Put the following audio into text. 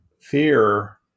fear